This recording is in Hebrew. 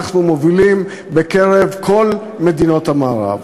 אנחנו מובילים בקרב כל מדינות המערב.